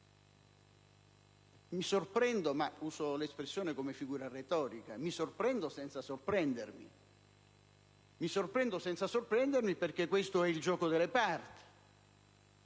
Mi sorprendo, ma uso l'espressione come figura retorica: mi sorprendo senza sorprendermi. Mi sorprendo senza sorprendermi perché questo è il gioco delle parti,